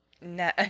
No